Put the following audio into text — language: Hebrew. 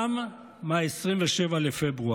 גם מ-27 בפברואר.